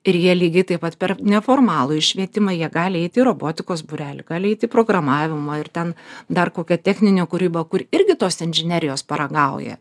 ir jie lygiai taip pat per neformalųjį švietimą jie gali eiti į robotikos būrelį gali eit į programavimo ir ten dar kokia techninė kūryba kur irgi tos inžinerijos paragauja